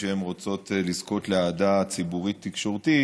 כשהן רוצות לזכות באהדה ציבורית תקשורתית,